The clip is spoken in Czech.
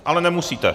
Ale nemusíte.